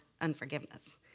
unforgiveness